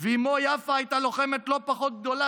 ואימו יפה הייתה לוחמת לא פחות גדולה,